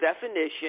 definition